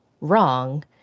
wrong